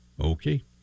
Okay